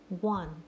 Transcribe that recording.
one